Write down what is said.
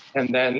and then